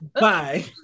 bye